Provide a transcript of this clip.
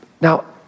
Now